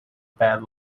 bad